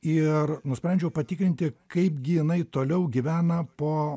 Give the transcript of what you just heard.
ir nusprendžiau patikrinti kaipgi jinai toliau gyvena po